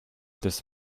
this